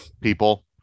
people